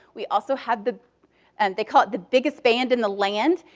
we also had the and they call it the biggest band in the land.